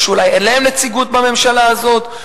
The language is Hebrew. או שאולי אין להם נציגות בממשלה הזאת,